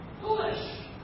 foolish